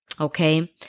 Okay